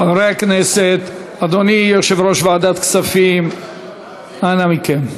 חברי הכנסת, אדוני יושב-ראש ועדת הכספים, אנא מכם.